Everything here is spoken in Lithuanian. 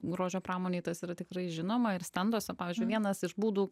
grožio pramonei tas yra tikrai žinoma ir stenduose pavyzdžiui vienas iš būdų